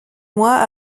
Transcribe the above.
mois